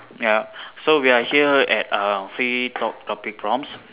ya so we are here at uh free talk topic prompts